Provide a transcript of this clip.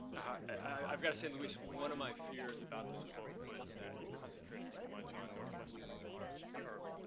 i've got to say, luis, one of my fears about this book was that it concentrated too much on northwestern europe,